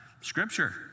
Scripture